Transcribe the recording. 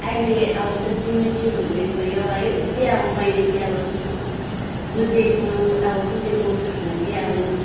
अहिले अब जति म्याचुर हुँदै गयो है उति अब मैले चाहिँ अब बुझेको अब बुझेको भरमा चाहिँ अब